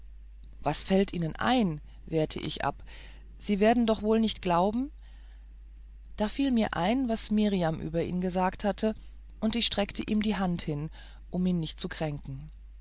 was fällt ihnen denn ein wehrte ich ab sie werden doch wohl nicht glauben da fiel mir ein was mirjam über ihn gesagt hatte und ich streckte ihm die hand hin um ihn nicht zu kränken